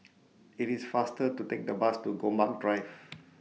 IT IS faster to Take The Bus to Gombak Drive